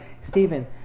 Stephen